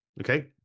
okay